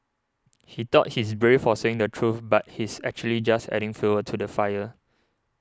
he thought he's brave for saying the truth but he's actually just adding fuel to the fire